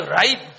right